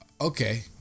Okay